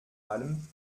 allem